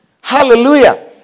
Hallelujah